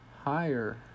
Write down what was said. higher